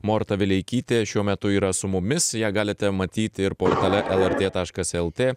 morta vileikytė šiuo metu yra su mumis ją galite matyti ir portale lrt taškas lt